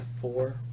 four